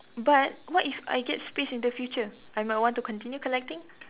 but what if I get space in the future I might want to continue collecting